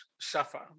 suffer